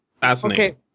fascinating